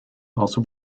also